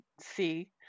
see